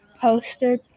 poster